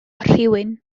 rhywun